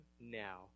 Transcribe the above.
now